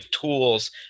tools